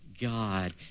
God